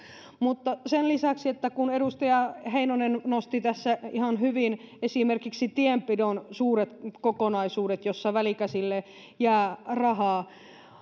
mutta kun edustaja heinonen nosti tässä ihan hyvin esimerkiksi tienpidon suuret kokonaisuudet joissa välikäsille jää rahaa niin sen lisäksi